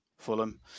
Fulham